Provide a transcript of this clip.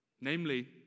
namely